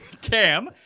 Cam